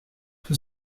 sous